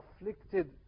afflicted